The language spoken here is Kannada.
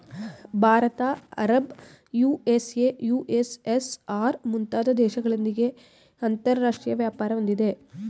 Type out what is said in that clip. ಭಾರತ ಅರಬ್, ಯು.ಎಸ್.ಎ, ಯು.ಎಸ್.ಎಸ್.ಆರ್, ಮುಂತಾದ ದೇಶಗಳೊಂದಿಗೆ ಅಂತರಾಷ್ಟ್ರೀಯ ವ್ಯಾಪಾರ ಹೊಂದಿದೆ